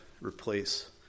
replace